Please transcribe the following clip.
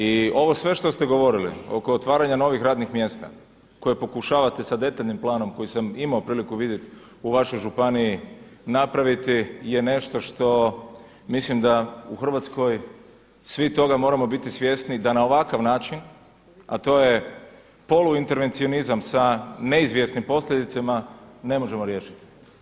I ovo sve što ste govorili oko otvaranja novih radnih mjesta koje pokušavate sa detaljnim planom koji sam imao priliku vidjeti u vašoj županiji napraviti je nešto što mislim da u Hrvatskoj svi toga moramo biti svjesni da na ovakav način a to je poluintervencionizam sa neizvjesnim posljedicama ne možemo riješiti.